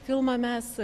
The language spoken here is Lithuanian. filmą mes